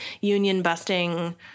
union-busting